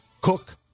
Cook